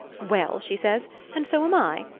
well, she says, and so am i,